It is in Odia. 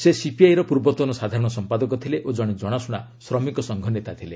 ସେ ସିପିଆଇର ପୂର୍ବତନ ସାଧାରଣ ସମ୍ପାଦକ ଥିଲେ ଓ ଜଣେ ଜଣାଶୁଣା ଶ୍ରମିକସଂଘ ନେତା ଥିଲେ